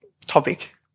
topic